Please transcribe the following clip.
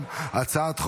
ההצבעה: 35 בעד, 50 נגד.